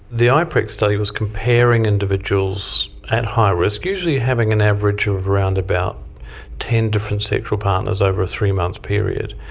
the ah iprex study was comparing individuals at high risk, usually having an average of around about ten different sexual partners over a three-month period.